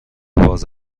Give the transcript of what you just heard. باز